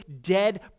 dead